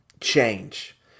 change